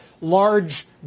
large